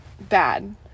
bad